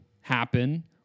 happen